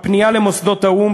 הפנייה למוסדות האו"ם,